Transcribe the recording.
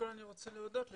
אני רוצה להודות ליונתן.